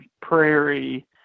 prairie